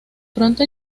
pronto